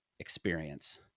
experience